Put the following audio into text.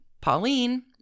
Pauline